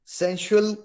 sensual